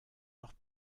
noch